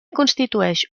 constitueix